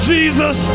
Jesus